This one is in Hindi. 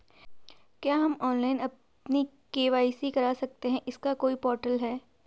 क्या हम ऑनलाइन अपनी के.वाई.सी करा सकते हैं इसका कोई पोर्टल है?